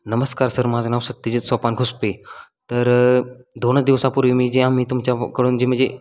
नमस्कार सर माझं नाव सत्यजित सोपान घुसपे तर दोनच दिवसापूर्वी मी जे आम्ही तुमच्याकडून जे म्हणजे